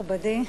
מכובדי,